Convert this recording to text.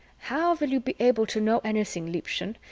how will you be able to know anything, liebchen,